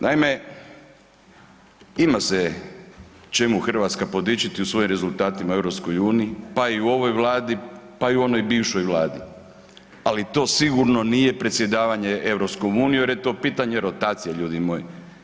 Naime, ima se čemu Hrvatska podičiti u svojim rezultatima u EU pa i u ovoj Vladi, pa i u onoj bivšoj Vladi ali to sigurno nije predsjedavanje EU jer je to pitanje rotacije ljudi moji.